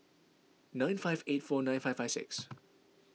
nine five eight four nine five five six